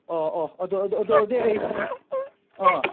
ꯑꯣ ꯑꯣ ꯑꯗꯨ ꯑꯗꯨ ꯑꯗꯨ ꯑꯣꯏꯔꯗꯤ ꯑꯩ ꯑꯥ